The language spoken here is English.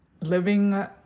Living